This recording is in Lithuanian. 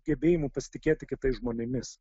gebėjimu pasitikėti kitais žmonėmis